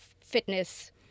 fitness